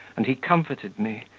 and he comforted me,